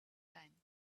time